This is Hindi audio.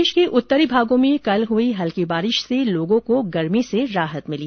प्रदेश के उत्तरी भागों में कल हुई हल्की बारिश से लोगों को गर्मी से राहत मिली